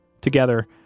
Together